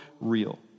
real